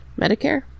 Medicare